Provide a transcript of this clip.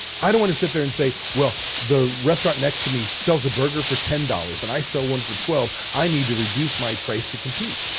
i don't want to sit there and say, well, the restaurant next to me sells a burger for ten dollars and i sell one for twelve. i need to reduce my price to compete.